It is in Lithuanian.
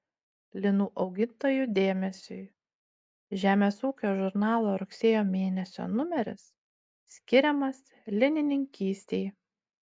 linų augintojų dėmesiui žemės ūkio žurnalo rugsėjo mėnesio numeris skiriamas linininkystei